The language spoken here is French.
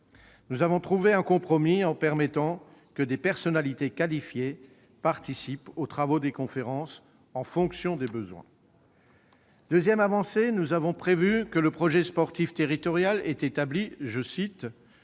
Nous avons trouvé un compromis en permettant que des personnalités qualifiées participent aux travaux des conférences, en fonction des besoins. Deuxième avancée, le projet sportif territorial sera établi « en